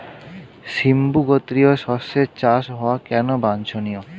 সিম্বু গোত্রীয় শস্যের চাষ হওয়া কেন বাঞ্ছনীয়?